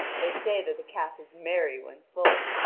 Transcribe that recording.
they say that a cat is merry when full.